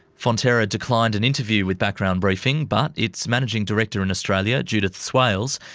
fonterra declined an interview with background briefing but its managing director in australia, judith swales,